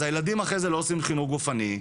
אז הילדים אחרי זה לא עושים חינוך גופני,